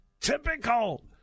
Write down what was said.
typical